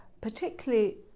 particularly